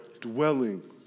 dwelling